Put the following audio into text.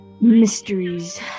Mysteries